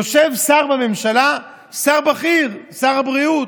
יושב שר בממשלה, שר בכיר, שר הבריאות,